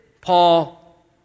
Paul